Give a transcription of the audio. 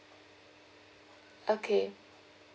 okay